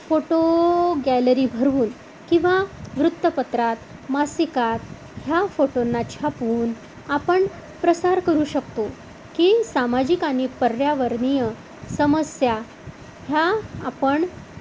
photo gallery भरवून किंवा वृत्तपत्रात मासिकात ह्या फोटोंना छापून आपण प्रसार करू शकतो की सामाजिक आणि पर्यावरणीय समस्या ह्या आपण